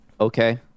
Okay